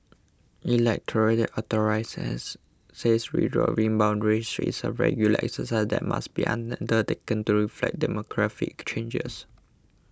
electoral says says redrawing boundaries is a regular exercise that must be undertaken to reflect demographic changes